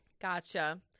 Gotcha